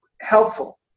helpful